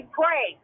pray